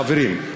חברים,